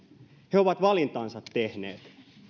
he ovat valintansa tehneet